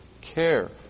care